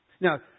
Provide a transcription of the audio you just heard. Now